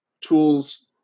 tools